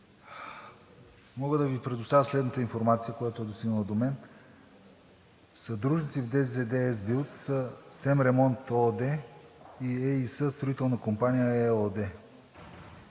Мога да Ви предоставя следната информация, която е достигнала до мен. Съдружници в ДЗЗД „Ес билд“ са „СЕМ Ремонт“ ООД и „Строителна компания“ ЕООД.